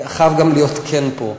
אני חייב גם להיות כן פה: